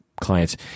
clients